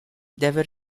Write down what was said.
deve